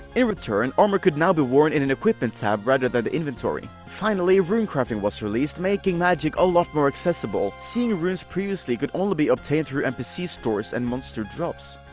in return, armour could now be worn in an equipment tab rather than the inventory. finally, runecrafting was released, making magic a lot more accessible, seeing runes previously could only be obtained from npc stores and monster drops.